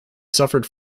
suffered